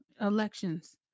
elections